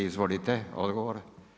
Izvolite, odgovor.